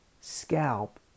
scalp